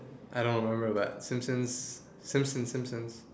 I don't remember that simpsons simpsons simpsons